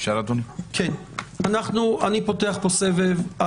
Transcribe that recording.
אני פותח פה סבב.